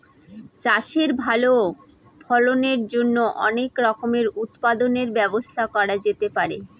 চাষের ভালো ফলনের জন্য অনেক রকমের উৎপাদনের ব্যবস্থা করা যেতে পারে